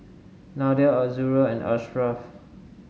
Nadia Azura and Ashraff